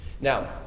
Now